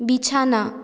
বিছানা